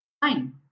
Fine